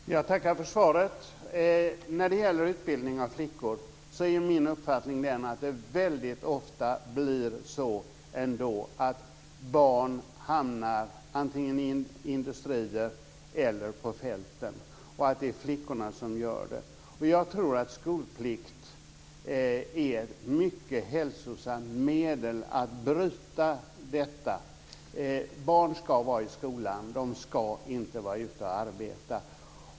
Fru talman! Jag tackar för svaret. När det gäller utbildning av flickor är min uppfattning att det väldigt ofta ändå blir så att barn hamnar antingen i industrier eller på fälten och att det är flickorna som gör det. Jag tror att skolplikt är ett mycket hälsosamt medel för att bryta detta. Barn ska vara i skolan. De ska inte vara ute och arbeta.